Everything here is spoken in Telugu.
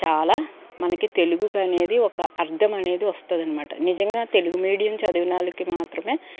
చాలా మనకి తెలుగుకనేది ఒక అర్థం అనేది వస్తుంది అనమాట నిజంగా తెలుగు మీడియం చదివిన వాళ్ళకు మాత్రమే